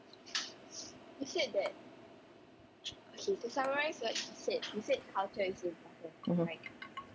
mmhmm